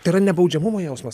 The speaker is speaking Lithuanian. tai yra nebaudžiamumo jausmas